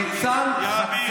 לא מעניין אותך כלום.